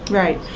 right.